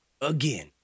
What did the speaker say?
Again